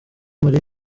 marie